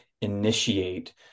initiate